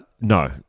no